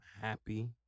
happy